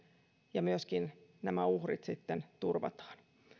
ja myöskin nämä uhrit sitten turvataan